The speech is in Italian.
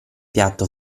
piatto